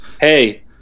hey